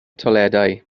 toiledau